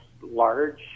large